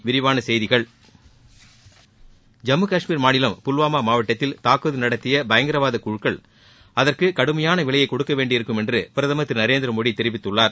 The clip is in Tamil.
விரிவான செய்திகள் ஜம்மு கஷ்மீர் மாநிலம் புல்வாமா மாவட்டத்தில் தாக்குதல் நடத்திய பயங்கரவாத குழுக்கள் அதற்கு கடுமையான விலையை கொடுக்கவேண்டியிருக்கும் என்று பிரதமர் திரு நரேந்திரமோடி தெரிவித்துள்ளார்